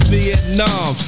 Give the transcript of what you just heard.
Vietnam